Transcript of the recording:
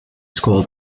school